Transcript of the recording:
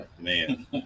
Man